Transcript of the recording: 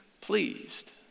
pleased